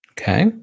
Okay